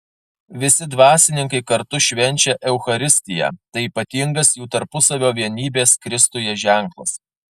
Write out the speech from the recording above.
visi dvasininkai kartu švenčia eucharistiją tai ypatingas jų tarpusavio vienybės kristuje ženklas